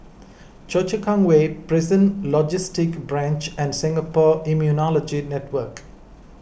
Choa Chu Kang Way Prison Logistic Branch and Singapore Immunology Network